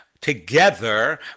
together